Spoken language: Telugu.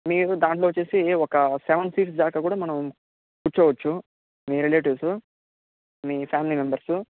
మీరు దాంట్లో వచ్చేసి ఒక సెవెన్ సీట్ దాకా కూడా మనం కూర్చోవచ్చు మీ రిలేటివ్స్ మీ ఫ్యామిలీ మెంబర్సు